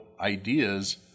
ideas